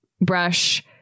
brush